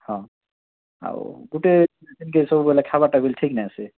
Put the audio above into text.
ହଁ ଆଉ ଗୋଟେ ଲେଖବାଟା ଠିିକ୍ ନାଇଁ ସେ